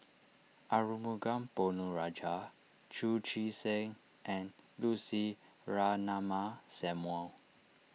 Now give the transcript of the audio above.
Arumugam Ponnu Rajah Chu Chee Seng and Lucy Ratnammah Samuel